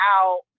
out